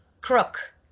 crook